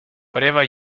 pareva